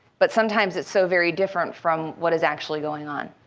but sometimes it's so very different from what is actually going on.